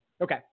okay